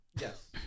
Yes